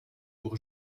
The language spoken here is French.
pour